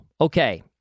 Okay